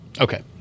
Okay